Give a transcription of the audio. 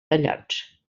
tallats